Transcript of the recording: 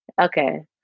okay